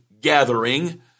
gathering